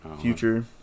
Future